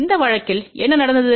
இந்த வழக்கில் என்ன நடந்தது